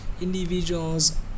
individuals